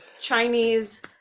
chinese